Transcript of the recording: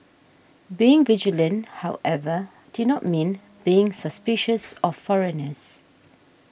being vigilant however did not mean being suspicious of foreigners